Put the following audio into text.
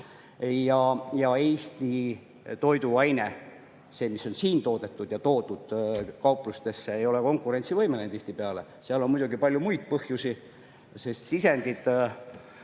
ole Eesti toiduaine, mis on siin toodetud ja toodud kauplustesse, tihtipeale konkurentsivõimeline. Seal on muidugi palju muid põhjusi, sest sisendid